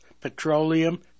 petroleum